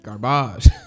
garbage